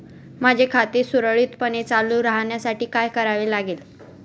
माझे खाते सुरळीतपणे चालू राहण्यासाठी काय करावे लागेल?